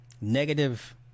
Negative